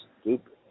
stupid